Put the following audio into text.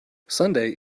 sunday